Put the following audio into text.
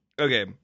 okay